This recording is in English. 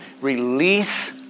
Release